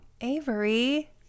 Avery